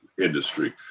industry